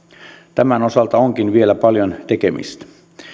tämän osalta onkin vielä paljon tekemistä